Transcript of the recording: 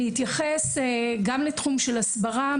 אני אתייחס גם לתחום של הסברה,